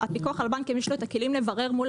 הפיקוח על הבנקים יש לו את הכלים לברר מול